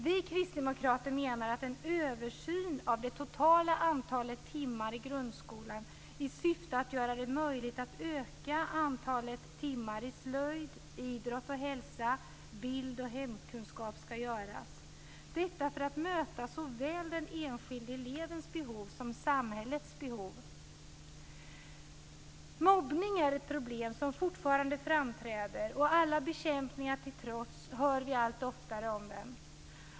Vi kristdemokrater menar att en översyn av det totala antalet timmar i grundskolan, i syfte att öka antalet timmar i slöjd, idrott och hälsa, bild och hemkunskap, skall göras. Detta skall göras för att möta såväl den enskilde elevens behov som samhällets behov. Mobbning är ett problem som fortfarande framträder. Allt bekämpande till trots hör vi allt oftare talas om mobbning.